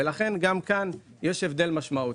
לכן גם כאן יש הבדל משמעותי.